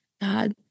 God